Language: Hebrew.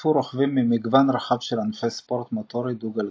השתתפו רוכבים ממגוון רחב של ענפי ספורט מוטורי דו-גלגלי.